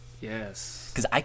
Yes